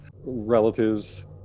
relatives